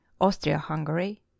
Austria-Hungary